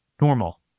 normal